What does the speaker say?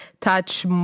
touch